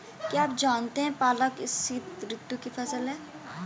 क्या आप जानते है पालक शीतऋतु की फसल है?